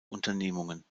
unternehmungen